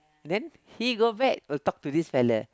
then he go back will talk to this fella